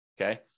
Okay